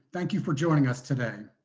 thank you for joining us today.